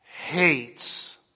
Hates